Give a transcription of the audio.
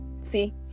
see